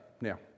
Now